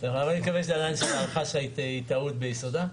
עדיין אני מקווה שההערכה שלך היא טעות ביסודה.